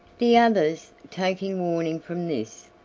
the others, taking warning from this,